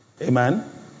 Amen